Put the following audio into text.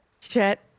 Chet